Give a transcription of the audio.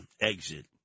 exit